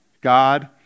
God